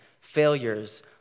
failures